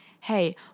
hey